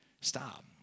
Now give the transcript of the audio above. stop